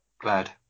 glad